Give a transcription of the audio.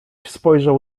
spojrzał